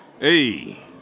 Hey